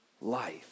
life